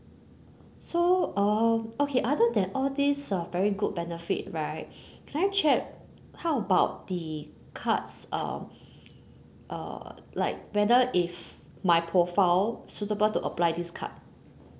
so uh okay other than all these uh very good benefit right can I check how about the cards uh uh like whether if my profile suitable to apply this card